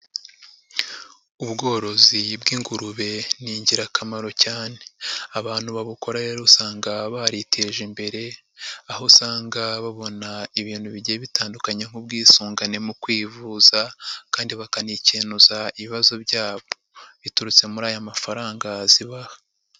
Ubworozi bw'ingurube ni ingirakamaro cyane, abantu babukora rero usanga bariteje imbere aho usanga babona ibintu bigiye bitandukanye nk'ubwisungane mu kwivuza kandi bakanikenuza ibibazo byabo, biturutse muri aya mafaranga zibaha.